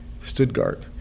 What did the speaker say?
Stuttgart